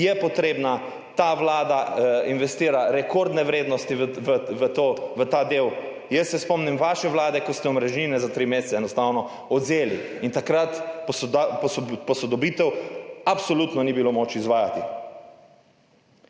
je potrebna. Ta vlada investira rekordne vrednosti v ta del. Jaz se spomnim vaše vlade, ko ste omrežnine za tri mesece enostavno odvzeli in takrat posodobitve absolutno ni bilo moč izvajati.